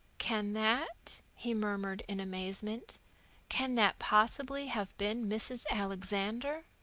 can that, he murmured in amazement can that possibly have been mrs. alexander?